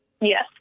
Yes